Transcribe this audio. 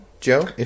Joe